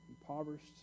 impoverished